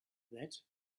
that